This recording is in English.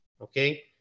Okay